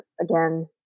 again